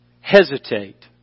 hesitate